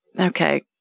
Okay